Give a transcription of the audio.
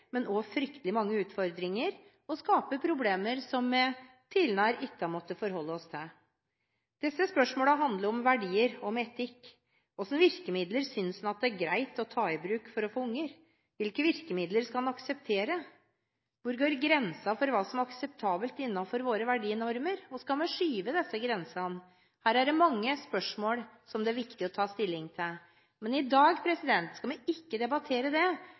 men også fryktelig mange utfordringer, og at den skaper problemer som vi tidligere ikke har måttet forholde oss til. Disse spørsmålene handler om verdier og om etikk: Hva slags virkemidler synes man det er greit å ta i bruk for å få unger? Hvilke virkemidler skal man akseptere? Hvor går grensen for hva som er akseptabelt innenfor våre verdinormer? Skal vi skyve på disse grensene? Her er det mange spørsmål som det er viktig å ta stilling til. Men i dag skal vi ikke debattere det.